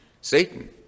Satan